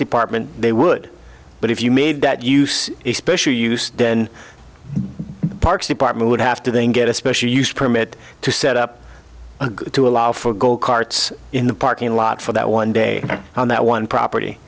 department they would but if you made that use a special use then parks department would have to then get a special use permit to set up to allow for gold carts in the parking lot for that one day on that one property